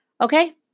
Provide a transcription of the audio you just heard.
Okay